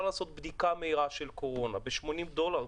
לעשות בדיקה מהירה של קורונה ב-80 דולר.